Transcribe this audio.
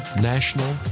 national